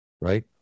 right